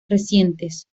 recientes